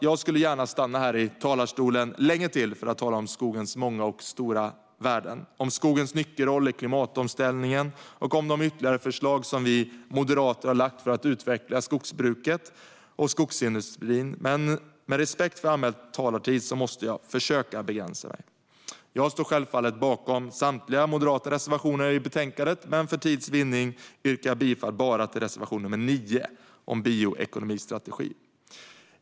Jag skulle gärna stanna här i talarstolen länge till för att tala om skogens många och stora värden, om skogens nyckelroll i klimatomställningen och om de ytterligare förslag som vi moderater har lagt för att utveckla svenskt skogsbruk och svensk skogsindustri, men med respekt för anmäld talartid måste jag försöka att begränsa mig. Jag står självfallet bakom samtliga moderata reservationer i betänkandet, men för tids vinnande yrkar jag bifall bara till reservation nr 9 om bioekonomistrategi.